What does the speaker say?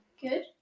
Good